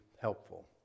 helpful